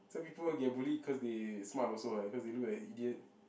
some people would get bullied cause they smart also what cause they look like idiot